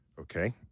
Okay